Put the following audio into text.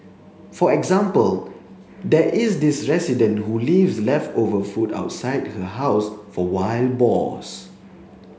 for example there is this resident who leaves leftover food outside her house for wild boars